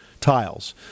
tiles